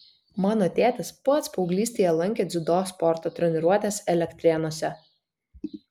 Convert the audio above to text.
mano tėtis pats paauglystėje lankė dziudo sporto treniruotes elektrėnuose